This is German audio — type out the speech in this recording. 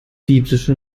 biblische